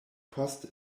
post